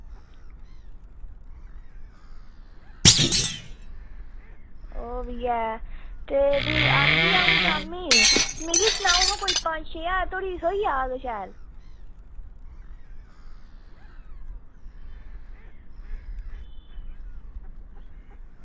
ओह् बी ऐ ते फ्ही आह्गी अंऊ शामीं मिगी सनाओ हां कोई पंज छे ज्हार धोड़ी थ्होई जाह्ग शैल